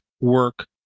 work